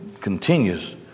continues